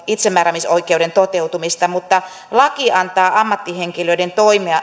itsemääräämisoikeuden toteutumista mutta laki antaa ammattihenkilöiden